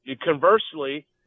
conversely